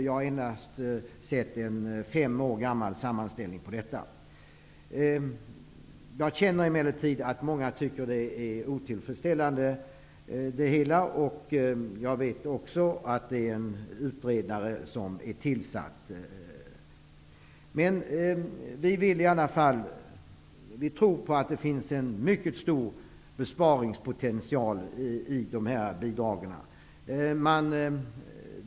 Jag har endast sett en fem år gammal sammanställning över detta. Jag känner emellertid att många tycker att det hela är otillfredsställande. Jag vet också att det finns en utredare tillsatt. Vi tror i alla fall att det finns en mycket stor besparingspotential i dessa bidrag.